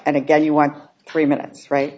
and again you want three minutes right